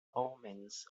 omens